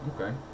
Okay